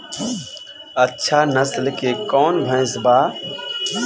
अच्छा नस्ल के कौन भैंस बा?